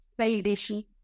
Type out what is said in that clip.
Validation